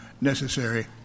necessary